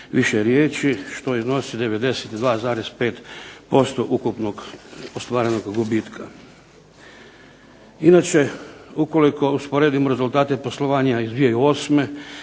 više riječi, što iznosi 92,5% ukupnog ostvarenog gubitka. Inače ukoliko usporedimo rezultate poslovanja iz 2008.